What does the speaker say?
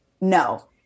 No